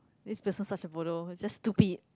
this person's such a bodoh just stupid